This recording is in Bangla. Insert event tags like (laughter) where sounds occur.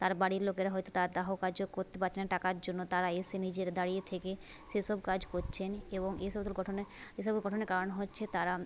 তার বাড়ির লোকেরা হয়তো তার দাহ কার্য করতে পারছে না টাকার জন্য তারা এসে নিজেরা দাঁড়িয়ে থেকে সেসব কাজ করছেন এবং এই সব (unintelligible) গঠনে এই সব গঠনের কারণ হচ্ছে তারা